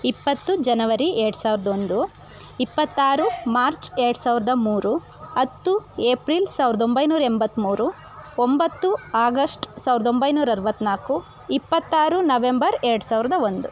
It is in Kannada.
ಇಪ್ಪತ್ತು ಜನವರಿ ಎರ್ಡು ಸಾವಿರ್ದ ಒಂದು ಇಪ್ಪತ್ತಾರು ಮಾರ್ಚ್ ಎರ್ಡು ಸಾವಿರ್ದ ಮೂರು ಹತ್ತು ಏಪ್ರಿಲ್ ಸಾವಿರ್ದ ಒಂಬೈನೂರಾ ಎಂಬತ್ಮೂರು ಒಂಬತ್ತು ಆಗಶ್ಟ್ ಸಾವಿರ್ದ ಒಂಬೈನೂರಾ ಅರವತ್ನಾಲ್ಕು ಇಪ್ಪತ್ತಾರು ನವೆಂಬರ್ ಎರ್ಡು ಸಾವಿರ್ದ ಒಂದು